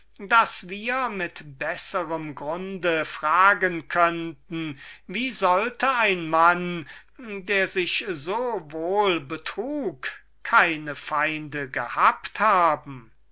daß wir weit bessere ursache zu fragen haben wie sollte ein mann der sich so wohl betrug keine feinde gehabt haben